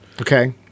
Okay